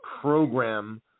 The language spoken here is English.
program